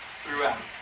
throughout